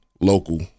local